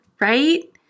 right